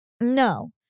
No